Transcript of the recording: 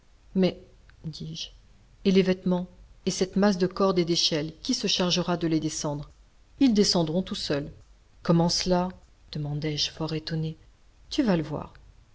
mais dis-je et les vêtements et cette masse de cordes et d'échelles qui se chargera de les descendre ils descendront tout seuls comment cela demandai-je fort étonné tu vas le voir